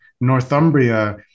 Northumbria